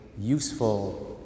useful